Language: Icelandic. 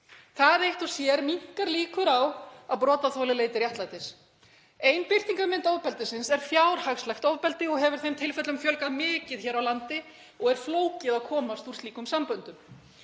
Það eitt og sér minnkar líkur á að brotaþoli leiti réttlætis. Ein birtingarmynd ofbeldisins er fjárhagslegt ofbeldi og hefur þeim tilfellum fjölgað mikið hér á landi og er flókið að komast úr slíkum samböndum.